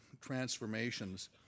transformations